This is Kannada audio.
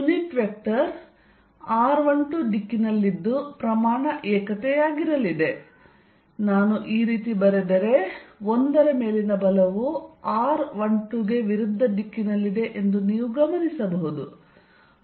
ಯುನಿಟ್ ವೆಕ್ಟರ್ r12 ದಿಕ್ಕಿನಲ್ಲಿದ್ದು ಪ್ರಮಾಣ ಏಕತೆಯಾಗಿರಲಿದೆ ನಾನು ಈ ರೀತಿ ಬರೆದರೆ 1 ರ ಮೇಲಿನ ಬಲವು r12 ಗೆ ವಿರುದ್ಧ ದಿಕ್ಕಿನಲ್ಲಿದೆ ಎಂದು ನೀವು ಗಮನಿಸಬಹುದು